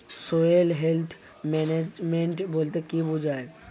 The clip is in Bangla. সয়েল হেলথ ম্যানেজমেন্ট বলতে কি বুঝায়?